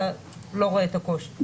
אתה לא רואה את הקושי.